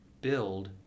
build